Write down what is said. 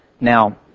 Now